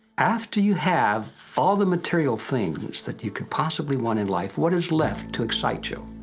after you have all the material things that you could possibly want in life, what is left to excite you?